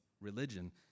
religion